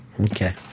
Okay